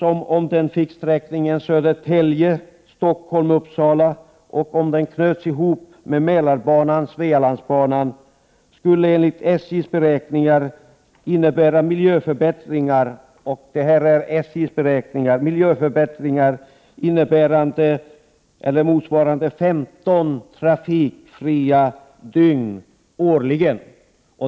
Om Arlandabanan fick sträckningen Södertälje —Stockholm — Uppsala och knöts ihop med Mälarbanan/Svealandsbanan skulle det, enligt SJ:s beräkningar, innebära miljöförbättringar motsvarande 15 trafikfria dygn årligen.